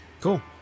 Cool